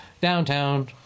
downtown